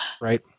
Right